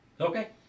Okay